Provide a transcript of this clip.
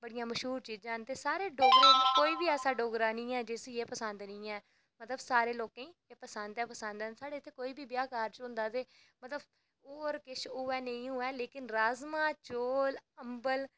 बड़ियां मश्हूर चीजां न ते सारे डोगरे कोई बी ऐसा डोगरा निं ऐ जिसी एह् पसंद निं ऐ मतलब सारे लोकें गी एह् पसंद गै पसंद न ते इत्थै कोई बी ब्याह् कारज होंदा ते मतलब होर किश होऐ जां नेईं होऐ पर राजमांह् चौल अम्बल